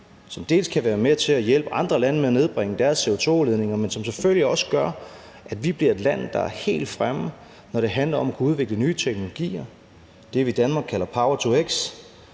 som dels kan være med til at hjælpe andre lande med at nedbringe deres CO2-udledninger, men som selvfølgelig også gør, at vi bliver et land, der er helt fremme, når det handler om at kunne udvikle nye teknologier – det, vi i Danmark kalder power-to-x,